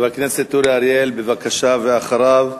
חבר הכנסת אורי אריאל, בבקשה, ואחריו,